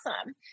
Awesome